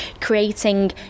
creating